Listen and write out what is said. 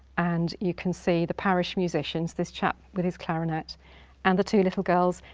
and you can see the parish musicians, this chap with his clarinet and the two little girls.